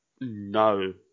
no